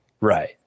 Right